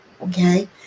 okay